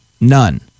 none